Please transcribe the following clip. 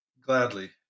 Gladly